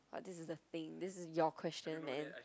orh this is the thing this is your question man